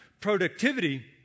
productivity